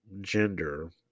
gender